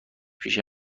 پیش